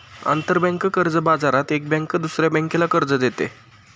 आंतरबँक कर्ज बाजारात एक बँक दुसऱ्या बँकेला कर्ज देते